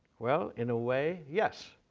well, in a way, yes,